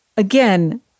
Again